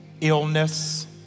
illness